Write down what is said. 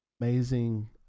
amazing